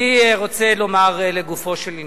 אני רוצה לומר, לגופו של עניין.